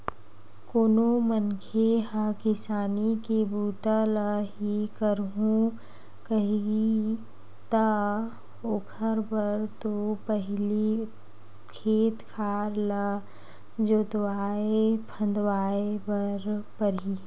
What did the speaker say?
कोनो मनखे ह किसानी के बूता ल ही करहूं कइही ता ओखर बर तो पहिली खेत खार ल जोतवाय फंदवाय बर परही